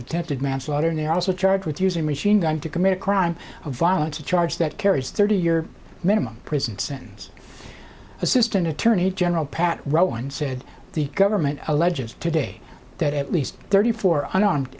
attempted manslaughter and also charged with using machine gun to commit a crime of violence a charge that carries thirty year minimum prison sentence assistant attorney general pat rowan said the government alleges today that at least thirty four unarmed